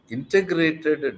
Integrated